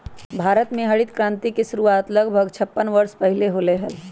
भारत में हरित क्रांति के शुरुआत लगभग छप्पन वर्ष पहीले होलय हल